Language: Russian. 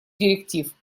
директив